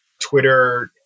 Twitter